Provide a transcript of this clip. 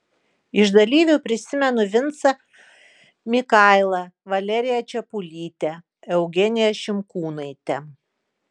iš dalyvių prisimenu vincą mikailą valeriją čepulytę eugeniją šimkūnaitę